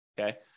okay